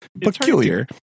Peculiar